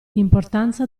importanza